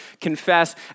confess